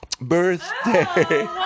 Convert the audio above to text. birthday